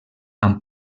amb